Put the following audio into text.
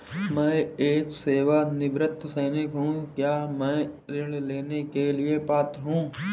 मैं एक सेवानिवृत्त सैनिक हूँ क्या मैं ऋण लेने के लिए पात्र हूँ?